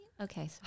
Okay